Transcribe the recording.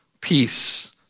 peace